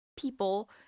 people